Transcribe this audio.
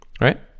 right